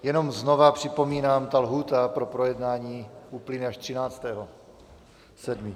Jenom znova připomínám, že lhůta pro projednání uplyne až 13. 7.